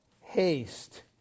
Haste